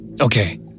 Okay